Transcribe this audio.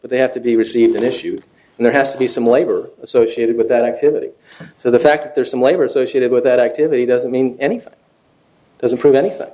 but they have to be received an issue and there has to be some labor associated with that activity so the fact that there's some labor associated with that activity doesn't mean anything doesn't prove anything